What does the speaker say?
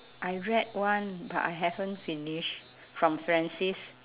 I read one but I haven't finish from francis